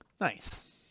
Nice